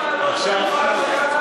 מוכן לעלות,